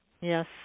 Yes